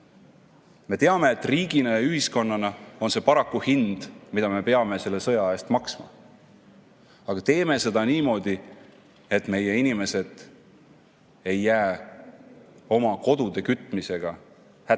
Me teame, et riigina ja ühiskonnana on see paraku hind, mida me peame selle sõja eest maksma. Aga teeme seda niimoodi, et meie inimesed ei jää oma kodu kütmisega hätta,